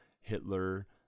Hitler